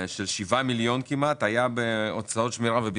של 7 מיליון כמעט, היה בהוצאות שמירה וביטחון.